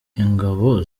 ingabo